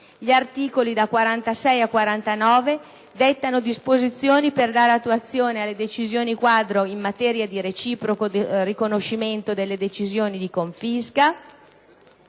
Gli articoli da 46 a 49 dettano disposizioni per dare attuazione alle decisioni quadro in materia di reciproco riconoscimento delle decisioni di confisca,